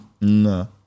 No